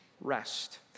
rest